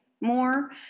more